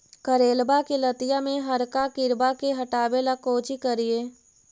करेलबा के लतिया में हरका किड़बा के हटाबेला कोची करिए?